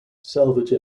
salvage